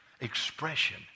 expression